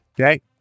Okay